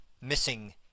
missing